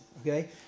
Okay